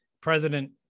President